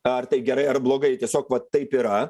ar taip gerai ar blogai tiesiog va taip yra